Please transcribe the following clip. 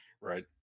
Right